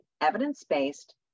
evidence-based